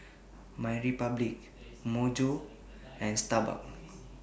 MyRepublic Myojo and Starbucks